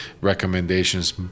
recommendations